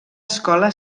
escola